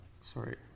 Sorry